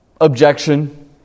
objection